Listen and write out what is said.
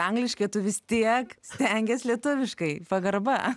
angliškai tu vis tiek stengies lietuviškai pagarba